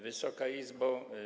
Wysoka Izbo!